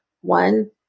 one